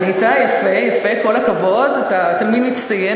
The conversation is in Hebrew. ענית יפה, יפה, כל הכבוד, אתה תלמיד מצטיין.